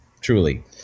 truly